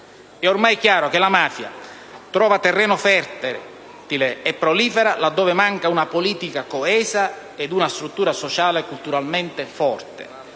È ormai chiaro che la mafia trova terreno fertile e prolifera laddove mancano una politica coesa e una struttura sociale culturalmente forte: